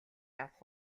авах